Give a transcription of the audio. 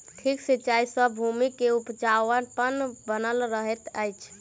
ठीक सिचाई सॅ भूमि के उपजाऊपन बनल रहैत अछि